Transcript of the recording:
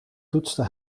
toetste